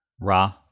Ra